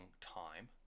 time